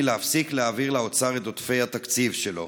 להפסיק להעביר לאוצר את עודפי התקציב שלו.